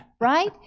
right